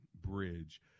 bridge